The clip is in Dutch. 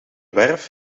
werf